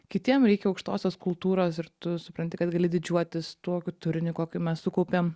kitiem reikia aukštosios kultūros ir tu supranti kad gali didžiuotis tokiu turiniu kokį mes sukaupėm